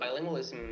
bilingualism